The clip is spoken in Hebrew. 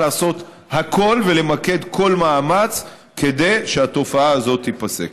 לעשות הכול ולמקד כל מאמץ כדי שהתופעה הזאת תיפסק.